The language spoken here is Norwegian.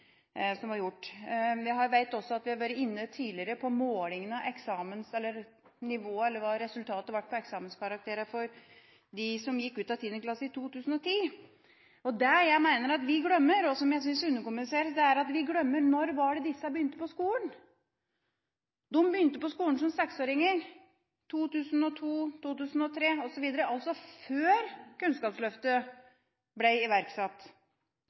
Det var representanten Aspaker som satte meg på tanken, og som henviste til målingene som er gjort i matematikk for åttende klasse. Jeg vet også at vi tidligere har vært inne på måling av hva eksamensresultatet ble for dem som gitt ut av tiende klasse i 2010. Det jeg mener vi glemmer – og som jeg synes underkommuniseres – er: Når var det disse begynte på skolen? De begynte på skolen som seksåringer, i 2002, 2003 osv., altså før Kunnskapsløftet ble iverksatt.